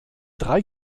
drei